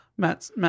Matt